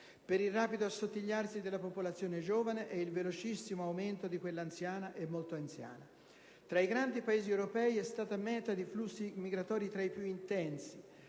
per il rapido assottigliarsi della popolazione giovane e il velocissimo aumento di quella anziana e molto anziana. Tra i grandi Paesi europei è stata meta di flussi migratori tra i più intensi,